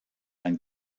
ein